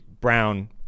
Brown